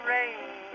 rain